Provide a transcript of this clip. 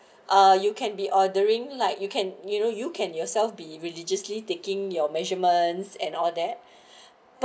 uh you can be ordering like you can you know you can yourself be religiously taking your measurements and all that but